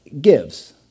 gives